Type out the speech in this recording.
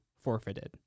forfeited